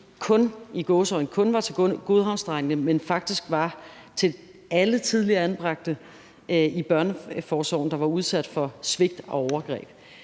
ikke i gåseøjne kun var til Godhavnsdrengene, men faktisk var til alle tidligere anbragte i børneforsorgen, der var udsat for svigt og overgreb.